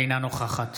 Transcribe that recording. אינה נוכחת